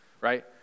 right